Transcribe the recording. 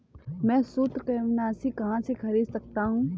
मैं सूत्रकृमिनाशी कहाँ से खरीद सकता हूँ?